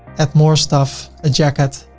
add more stuff a jacket,